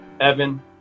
Evan